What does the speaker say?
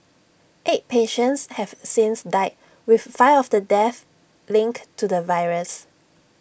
eight patients have since died with five of the deaths linked to the virus